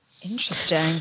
Interesting